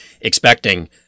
expecting